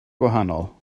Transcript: gwahanol